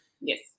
Yes